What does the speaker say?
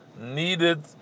needed